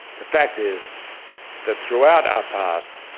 the fact is that throughout our past,